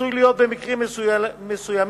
עשוי להיות במקרים מסוימים